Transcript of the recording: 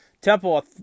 Temple